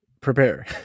prepare